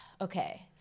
okay